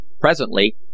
Presently